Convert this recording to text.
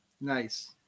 Nice